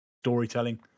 storytelling